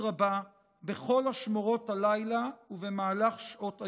רבה בכל אשמורות הלילה ובמהלך שעות היום.